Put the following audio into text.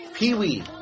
Pee-wee